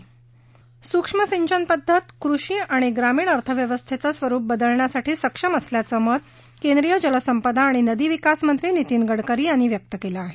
सूक्ष्म सिंचन पद्धत कृषी आणि ग्रामीण अर्थव्यवस्थेचं स्वरूप बदलण्यास सक्षम असल्याचं मत केंद्रीय जलसंपदा आणि नदी विकास मंत्री नीतिन गडकरी यांनी व्यक्त केलं आहे